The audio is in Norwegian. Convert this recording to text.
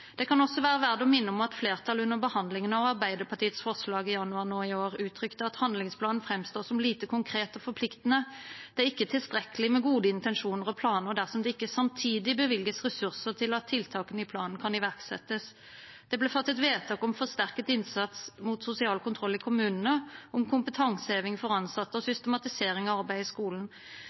Det kan også være verdt å minne om at flertallet under behandlingen av Arbeiderpartiets forslag i januar nå i år uttrykte at handlingsplanen framstår som lite konkret og forpliktende. Det er ikke tilstrekkelig med gode intensjoner og planer dersom det ikke samtidig bevilges ressurser til at tiltakene i planen kan iverksettes. Det ble fattet vedtak om forsterket innsats mot sosial kontroll i kommunene, om kompetanseheving for ansatte og systematisering av arbeidet i skolen,